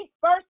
first